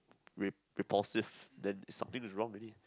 rep~ repulsive then something is wrong already